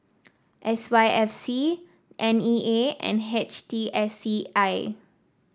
S Y F C N E A and H T S C I